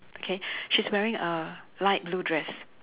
okay she's wearing a light blue dress